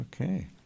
Okay